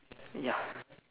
ya